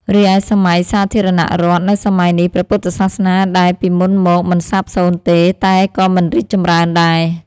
រីឯ សម័យសាធារណរដ្ឋ នៅសម័យនេះ ព្រះពុទ្ធសាសនាដែលពីមុនមកមិនសាបសូន្យទេ តែក៏មិនរីកចម្រើនដែរ ។